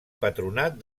patronat